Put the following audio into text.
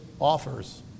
offers